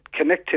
connectivity